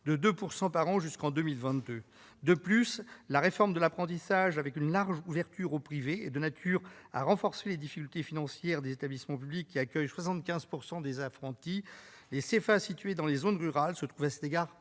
de 2 % par an jusqu'en 2022. De plus, la réforme de l'apprentissage, avec une large ouverture au privé, est de nature à renforcer les difficultés financières des établissements publics qui accueillent 75 % des apprentis ; à cet égard, les centres de formation